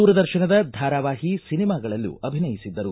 ದೂರದರ್ಶನದ ಧಾರಾವಾಹಿ ಸಿನಿಮಾಗಳಲ್ಲೂ ಅಭಿನಯಿಸಿದ್ದರು